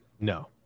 no